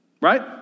Right